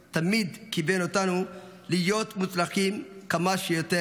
תמיד כיוון אותנו להיות מוצלחים כמה שיותר".